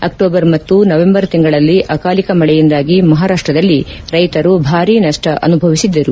October ಮತ್ತು November ತಿಂಗಳಲ್ಲಿ ಅಕಾಲಿಕ ಮಳೆಯಿಂದಾಗಿ ಮಹಾರಾಷ್ಟದಲ್ಲಿ ರೈತರು ಭಾರಿ ನಷ್ಟ ಅನುಭವಿಸಿದ್ದರು